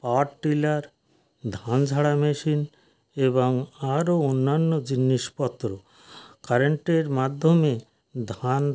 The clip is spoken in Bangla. পাওয়ার টিলার ঝাড়া মেশিন এবং আরও অন্যান্য জিনিসপত্র কারেন্টের মাধ্যমে ধান